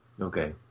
Okay